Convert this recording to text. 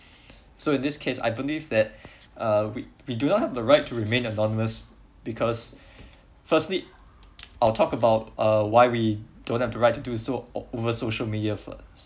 so in this case I believe that uh we do not have the right to remain anonymous because firstly I'll talk about uh why we don't have the right to do so over social media first